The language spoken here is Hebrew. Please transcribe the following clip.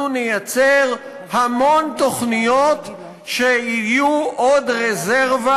אנחנו נייצר המון תוכניות שיהיו עוד רזרבה